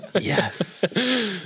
Yes